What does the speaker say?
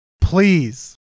please